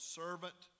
servant